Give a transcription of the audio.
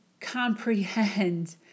comprehend